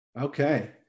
Okay